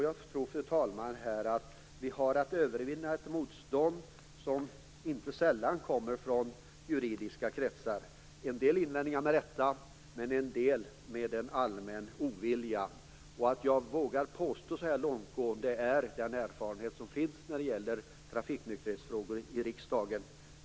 Jag tror, fru talman, att vi har att övervinna ett motstånd som inte sällan kommer från juridiska kretsar. En del invändningar kommer med rätta, en del med en allmän ovilja. Att jag vågar påstå någonting så här långtgående beror på den erfarenhet som finns när det gäller trafiknykterhetsfrågor i riksdagen.